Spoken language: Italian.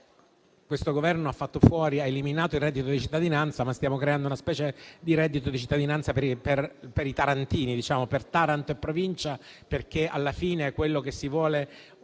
Questo Governo ha eliminato il reddito di cittadinanza, ma stiamo creando una specie di reddito di cittadinanza per gli abitanti di Taranto e provincia, perché alla fine quello che si vuole fare